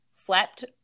Slept